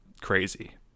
crazy